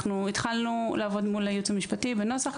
התחלנו לעבוד עם הייעוץ המשפטי על הנוסח,